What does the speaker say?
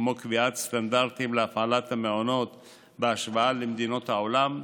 כמו קביעת סטנדרטים להפעלת המעונות בהשוואה למדינות העולם,